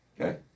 Okay